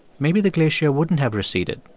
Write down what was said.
maybe the glacier wouldn't have receded.